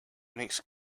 makes